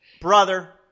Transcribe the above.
Brother